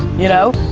you know?